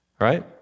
right